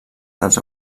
dels